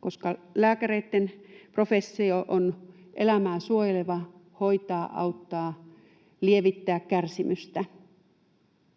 koska kun lääkäreitten professio on elämää suojeleva — hoitaa, auttaa, lievittää kärsimystä